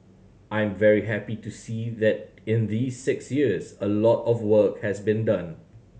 I'm very happy to see that in these six years a lot of work has been done